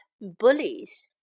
bullies